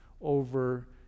over